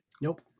Nope